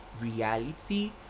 reality